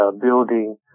building